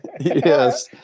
Yes